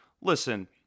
listen